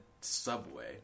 Subway